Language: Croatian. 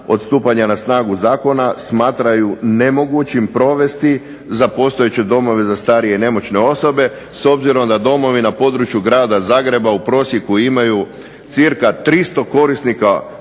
od stupanja na snagu zakona smatraju nemogućim provesti za postojeće domove za starije i nemoćne osobe s obzirom da domovi na području Grada Zagreba u prosjeku imaju cca 300 korisnika